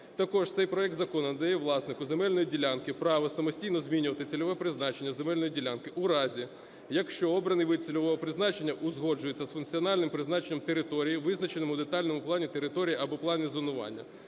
також цей проект закону надає власнику земельної ділянки право самостійно змінювати цільове призначення земельної ділянки в разі, якщо обраний вид цільового призначення узгоджується з функціональним призначенням території, визначеному у детальному плані території або в плані зонування.